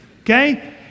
Okay